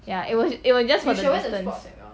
ya it was it was just for that reason